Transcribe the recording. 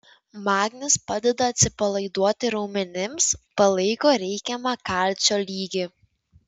magnis padeda atsipalaiduoti raumenims palaiko reikiamą kalcio lygį